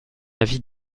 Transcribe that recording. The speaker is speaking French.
avis